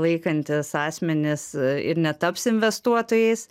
laikantys asmenys ir netaps investuotojais